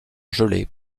gelée